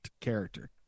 character